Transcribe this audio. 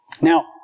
Now